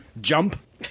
jump